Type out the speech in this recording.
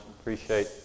appreciate